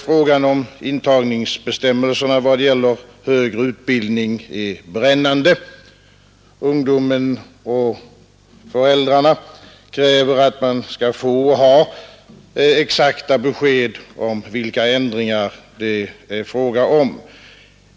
Frågan om intagningsbestämmelserna i vad gäller högre utbildning är brännande. Ungdomen och föräldrarna kräver att man skall få och ha exakta besked om vilka ändringar det är fråga om.